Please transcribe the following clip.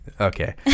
Okay